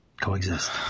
Coexist